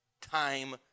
time